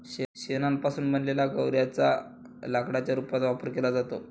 शेणापासून बनवलेल्या गौर्यांच्या लाकडाच्या रूपात वापर केला जातो